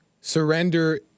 surrender